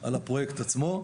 על הפרויקט עצמו.